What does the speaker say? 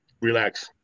relax